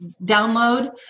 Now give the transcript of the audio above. download